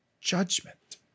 judgment